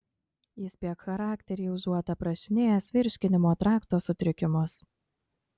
įspėk charakterį užuot aprašinėjęs virškinimo trakto sutrikimus